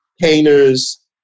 painters